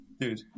Dude